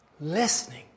Listening